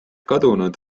kadunud